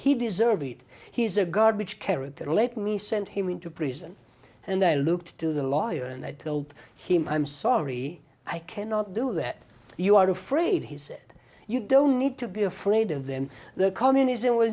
he deserved it he is a garbage character let me send him into prison and i looked to the lawyer and i told him i'm sorry i cannot do that you are afraid he said you don't need to be afraid of them that communism w